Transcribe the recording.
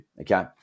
okay